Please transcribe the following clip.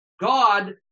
God